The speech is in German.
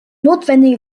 notwendige